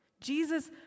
Jesus